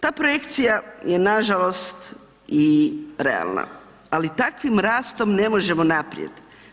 Ta projekcija je nažalost i realna ali takvim rastom ne možemo naprijed.